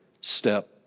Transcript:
step